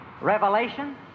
Revelation